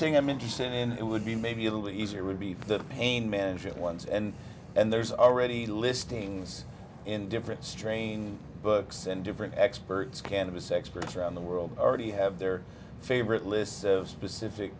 thing i'm interested in it would be maybe a little easier would be for the pain management ones and and there's already listings in different strain books and different experts cannabis experts around the world already have their favorite lists of specific